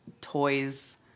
toys